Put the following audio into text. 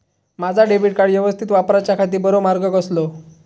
माजा debit card यवस्तीत वापराच्याखाती बरो मार्ग कसलो?